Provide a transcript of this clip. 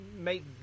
make